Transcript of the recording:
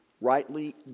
rightly